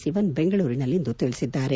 ಸಿವನ್ ಬೆಂಗಳೂರಿನಲ್ಲಿಂದು ತಿಳಿಸಿದ್ದಾರೆ